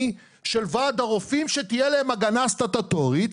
של ועד הרופאים שתהיה להם הגנה סטטוטורית.